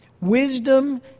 Wisdom